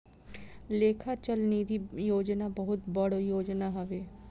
लेखा चल निधी योजना बहुत बड़ योजना हवे